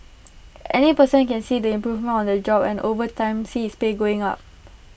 any person can see the improvement on their job and over time see his pay going up